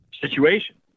situation